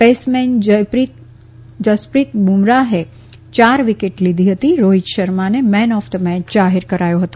paceman Jasprit બુમરાહે ચાર wicket લીધી હતી રોહીત શર્માને મેન ઓફ ધ મેચ જાહેર કરાયો હતો